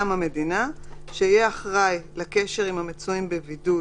"...שיהיה אחראי לקשר עם המצויים בבידוד